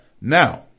Now